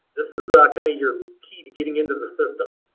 this is kind of your key to getting into the system.